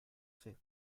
fait